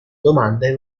domande